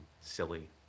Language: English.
silly